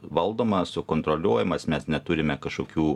valdomas sukontroliuojamas mes neturime kažkokių